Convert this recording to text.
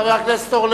חבר הכנסת אורלב?